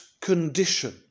condition